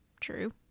true